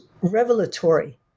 revelatory